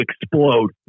explode